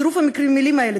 צירוף המילים האלה,